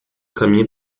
caminha